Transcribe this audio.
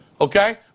Okay